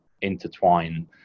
intertwine